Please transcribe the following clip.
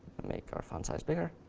make our font size bigger.